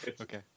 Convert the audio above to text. Okay